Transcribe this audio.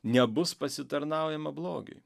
nebus pasitarnaujama blogiui